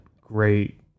great